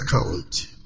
account